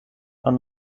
are